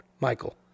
Michael